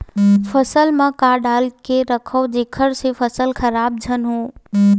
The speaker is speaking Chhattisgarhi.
फसल म का डाल के रखव जेखर से फसल खराब झन हो?